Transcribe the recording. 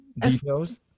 details